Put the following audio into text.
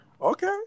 okay